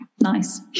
Nice